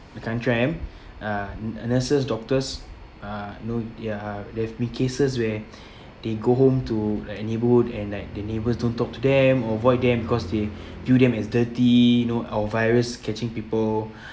the kind trend uh nurses doctors uh know they're there've been cases where they go home to like neighborhood and like the neighbors don't talk to them avoid them cause they view them as dirty you know our virus catching people